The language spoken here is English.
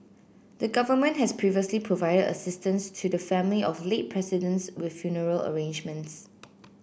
the government has previously provided assistance to the family of late presidents with funeral arrangements